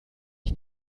ich